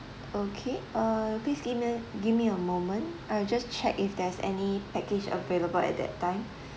okay uh please give me give me a moment I'll just check if there's any package available at that time